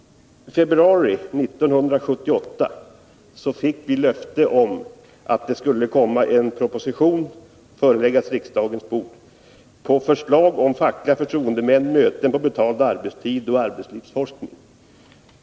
I februari 1978 fick vi löfte om att en proposition skulle föreläggas riksdagen med förslag om fackliga förtroendemän, möten på betald arbetstid och arbetslivsforskning.